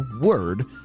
word